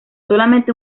solamente